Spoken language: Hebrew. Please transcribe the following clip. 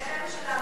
אלו של העמותות?